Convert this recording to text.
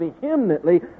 vehemently